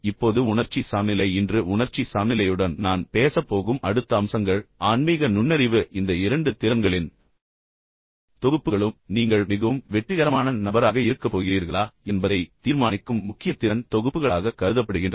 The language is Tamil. இப்போது உணர்ச்சி சமநிலை இன்று உணர்ச்சி சமநிலையுடன் நான் பேசப் போகும் அடுத்த அம்சங்கள் ஆன்மீக நுண்ணறிவு இந்த இரண்டு திறன்களின் தொகுப்புகளும் நீங்கள் மிகவும் வெற்றிகரமான நபராக இருக்கப் போகிறீர்களா என்பதை தீர்மானிக்கும் முக்கிய திறன் தொகுப்புகளாக கருதப்படுகின்றன